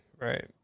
Right